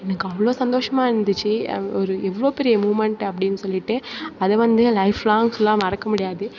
எனக்கு அவ்வளோ சந்தோஷமாயிருந்துச்சி அது ஒரு எவ்வளோ பெரிய மூமன்ட் அப்படின்னு சொல்லிட்டு அது வந்து லைஃப் லாங்ஸ்யெலாம் மறக்க முடியாது